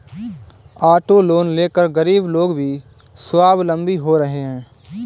auto loan लेकर गरीब लोग भी स्वावलम्बी हो रहे हैं